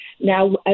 now